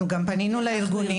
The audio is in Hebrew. אנחנו גם פנינו לארגון.